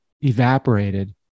evaporated